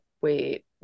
wait